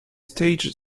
stage